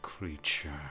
creature